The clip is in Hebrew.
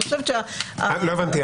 לא הבנתי.